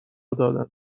دادند